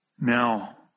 Now